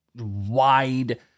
wide